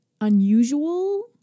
unusual